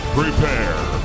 prepare